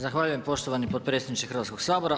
Zahvaljujem poštovani potpredsjedniče Hrvatskog sabora.